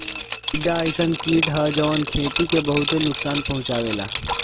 टिड्डा अइसन कीट ह जवन खेती के बहुते नुकसान पहुंचावेला